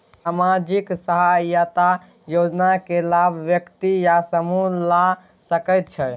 सामाजिक सहायता योजना के लाभ व्यक्ति या समूह ला सकै छै?